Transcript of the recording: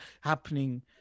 happening